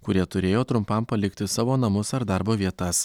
kurie turėjo trumpam palikti savo namus ar darbo vietas